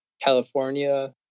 California